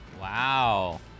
Wow